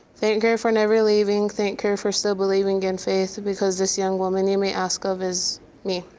thank her for never leaving, thank her for still believing in faith, because this young woman you may ask of is me.